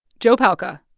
joe palca,